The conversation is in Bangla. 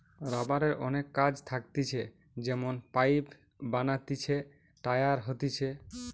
রাবারের অনেক কাজ থাকতিছে যেমন পাইপ বানাতিছে, টায়ার হতিছে